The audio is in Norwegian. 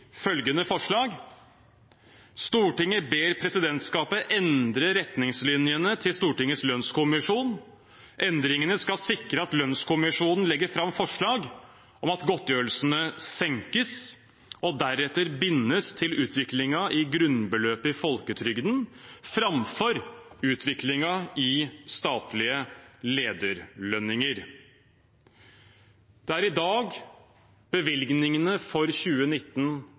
følgende forslag: «Stortinget ber presidentskapet endre retningslinjene til Stortingets lønnskommisjon. Endringene skal sikre at lønnskommisjonen legger fram forslag om at godtgjørelsene senkes og deretter bindes til utviklingen i grunnbeløpet i folketrygden , framfor utviklingen i statlige lederlønninger.» Det er i dag bevilgningene for 2019